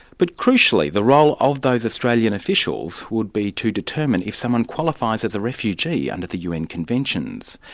but crucially, the role of those australian officials would be to determine if someone qualifies as a refugee under the un conventions.